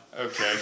Okay